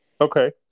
Okay